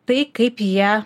tai kaip jie